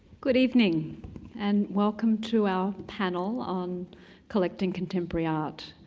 good evening and welcome to our panel on collecting contemporary art.